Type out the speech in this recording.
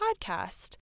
podcast